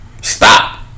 Stop